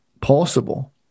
possible